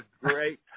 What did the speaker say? great